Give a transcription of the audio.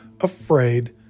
afraid